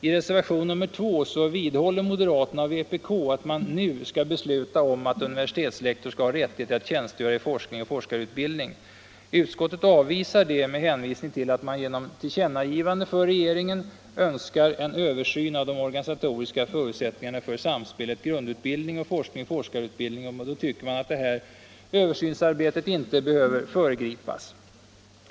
I reservationen 2 vidhåller moderaterna och vpk att man nu skall besluta om att universitetslektor skall ha rättighet att tjänstgöra i forskning forskarutbildning, och utskottet anser att detta översynsarbete inte bör föregripas.